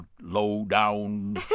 low-down